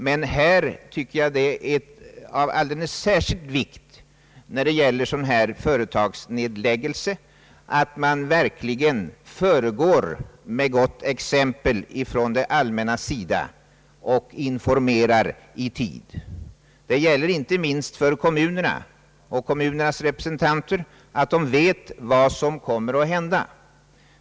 Men jag tycker att det är av alldeles särskild vikt att man vid sådana här företagsnedläggningar från det allmännas sida verkligen föregår med gott exempel och informerar i tid. Inte minst för kommunerna och för deras representanter är det betydelsefullt att veta vad som kommer att hända.